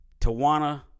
Tawana